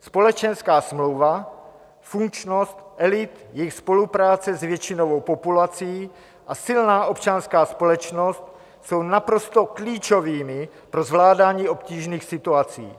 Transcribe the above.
Společenská smlouva, funkčnost elit, jejich spolupráce s většinovou populací a silná občanská společnost jsou naprosto klíčovými pro zvládání obtížných situací.